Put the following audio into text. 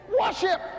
Worship